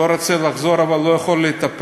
אני לא רוצה לחזור אבל לא יכול להתאפק,